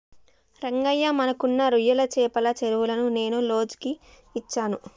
రంగయ్య మనకున్న రొయ్యల చెపల చెరువులను నేను లోజుకు ఇచ్చాను